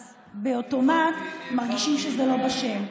אז באוטומט מרגישים שזה לא בשל.